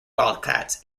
wildcats